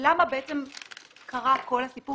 ולמה בעצם קרה כל הסיפור